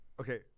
okay